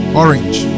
orange